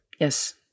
Yes